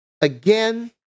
again